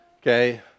okay